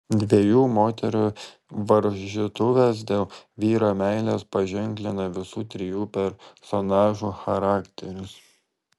dviejų moterų varžytuvės dėl vyro meilės paženklina visų trijų personažų charakterius